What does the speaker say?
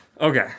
Okay